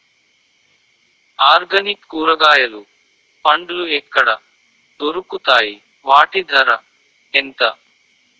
Organic కూరగాయలు పండ్లు ఎక్కడ దొరుకుతాయి? వాటి ధర ఎంత?